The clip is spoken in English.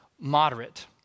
moderate